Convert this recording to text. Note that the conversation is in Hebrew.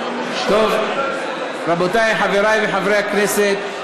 רבותי, חברי חברי הכנסת,